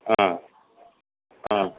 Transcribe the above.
ஆ ஆ